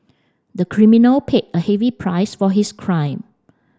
the criminal paid a heavy price for his crime